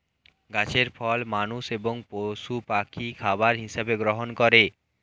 গাছের ফল মানুষ এবং পশু পাখি খাবার হিসাবে গ্রহণ করে